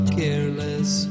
careless